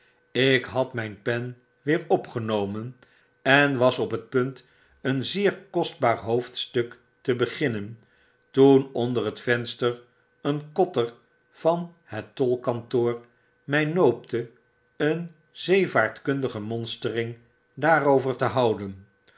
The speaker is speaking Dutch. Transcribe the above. ik had myn pen weer opgenomen en was op het punt een zeer kostbaar hoofdstuk te beginnen toen onder het venster een kotter van het tolkantoor my noopte een zeevaartkundige monstering daarover te houden